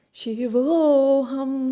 shivoham